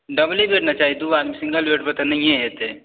double bed ने चाही single bed पर दू आदमी नहिये ने हेतै